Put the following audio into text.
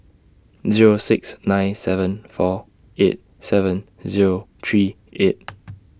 Zero six nine seven four eight seven Zero three eight